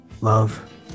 Love